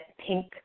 pink